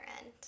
end